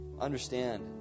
Understand